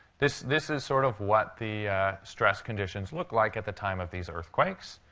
this this is sort of what the stress conditions looked like at the time of these earthquakes.